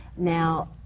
now,